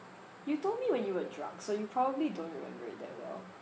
you told me when you were drunk so you probably don't remember it that well